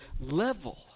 level